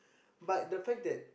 but the fact that